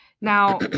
Now